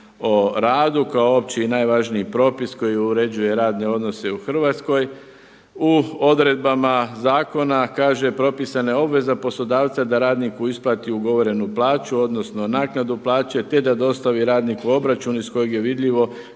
o radu kao opći i najvažniji propis koji uređuje radne odnose u Hrvatskoj, u odredbama zakona kaže, propisana je obveza poslodavca da radniku isplati ugovorenu plaću, odnosno naknadu plaće te da dostavi radniku obračun iz kojeg je vidljivo